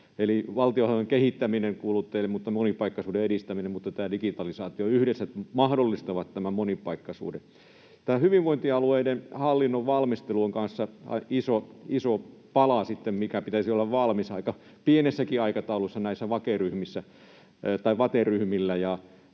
Eli valtionhallinnon kehittäminen ei kuulu teille, mutta monipaikkaisuuden edistäminen ja tämä digitalisaatio yhdessä mahdollistavat tämän monipaikkaisuuden. Tämä hyvinvointialueiden hallinnon valmistelu on kanssa sitten iso pala, mikä pitäisi olla valmis aika pienessäkin aikataulussa näillä VATE-ryhmillä.